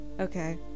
Okay